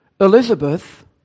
Elizabeth